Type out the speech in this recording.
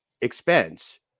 expense